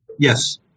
Yes